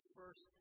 first